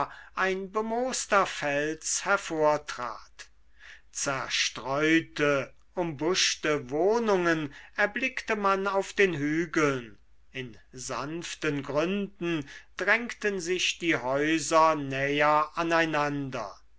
ein bemooster fels hervortrat zerstreute umbuschte wohnungen erblickte man auf den hügeln in sanften gründen drängten sich die häuser näher aneinander